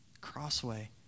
Crossway